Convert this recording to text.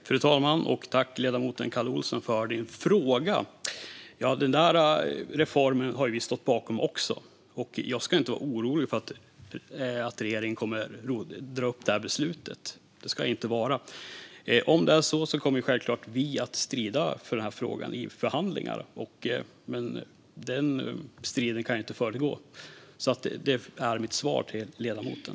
Fru talman! Jag tackar ledamoten Kalle Olsson för frågan. Denna reform har även vi stått bakom. Jag skulle inte vara orolig för att regeringen kommer att riva upp det här beslutet. Om det blir så kommer vi självklart att strida för denna fråga i förhandlingar, men den striden kan jag inte föregripa. Det är mitt svar till ledamoten.